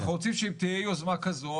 אנחנו רוצים שאם תהיה יוזמה כזו,